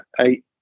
eight